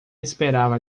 esperava